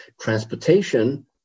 transportation